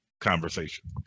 conversation